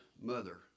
mother